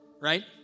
right